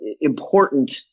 important